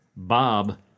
Bob